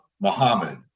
Muhammad